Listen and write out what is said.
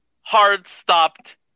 hard-stopped